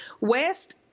West